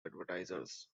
advertisers